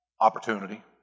Opportunity